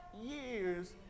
years